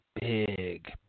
big